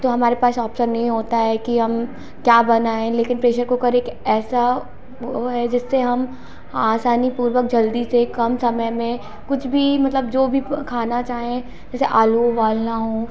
तो हमारे पास ऑप्शन नहीं होता है कि हम क्या बनाएँ लेकिन प्रेशर कुकर एक ऐसा वो है जिससे हम आसानी पूर्वक जल्दी से कम समय में कुछ भी मतलब जो भी खाना चाहें जैसे आलू उबालना हो